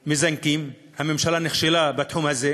מזנקים, הממשלה נכשלה בתחום הזה.